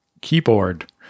keyboard